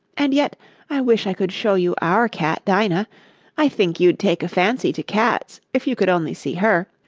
and yet i wish i could show you our cat dinah i think you'd take a fancy to cats if you could only see her.